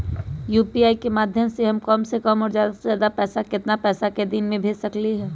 UPI के माध्यम से हम कम से कम और ज्यादा से ज्यादा केतना पैसा एक दिन में भेज सकलियै ह?